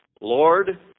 Lord